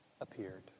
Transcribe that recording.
appeared